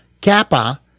Kappa